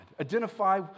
identify